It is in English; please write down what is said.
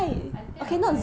I think I went